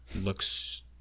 looks